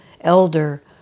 elder